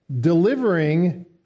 delivering